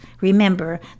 Remember